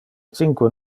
cinque